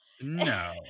No